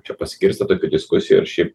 čia pasigirsta tokių diskusijų ir šiaip